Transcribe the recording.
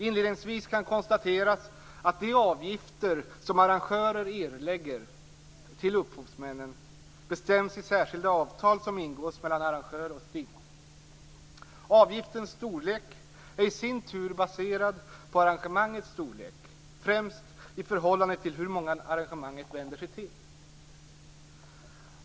Inledningsvis kan konstateras att de avgifter som arrangörer erlägger till upphovsmännen bestäms i särskilda avtal som ingås mellan arrangör och STIM. Avgiftens storlek är i sin tur baserad på arrangemangets storlek, främst i förhållande till hur många arrangemanget vänder sig till.